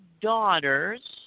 daughters